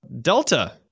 Delta